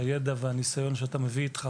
שהידע והניסיון שאתה מביא איתך